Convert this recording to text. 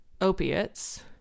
opiates